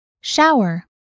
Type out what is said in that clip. Shower